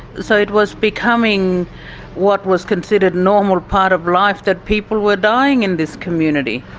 so it was becoming what was considered normal part of life, that people were dying in this community.